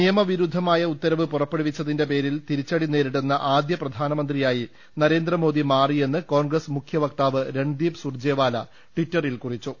നിയമവിരുദ്ധമായ ഉത്തരവ് പുറപ്പെടുവിച്ചതിന്റെ പേരിൽ തിരിച്ചടി നേരിടുന്ന ആദ്യ പ്രധാ നമന്ത്രിയായി നരേന്ദ്രമോദി മാറിയെന്ന് കോൺഗ്രസ് മുഖ്യ വക്താവ് രൺദീപ് സുർജെവാല ടിറ്ററിൽ കുറിച്ചു